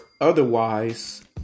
otherwise